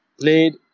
played